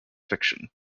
fiction